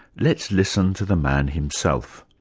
let's listen to the man himself.